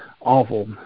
awful